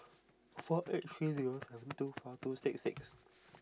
four eight three zero seven two four two six six